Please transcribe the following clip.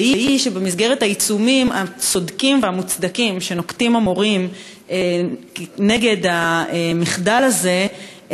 והיא שבמסגרת העיצומים הצודקים והמוצדקים שנוקטים המורים נגד המחדל הזה,